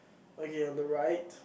okay on the right